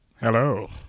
Hello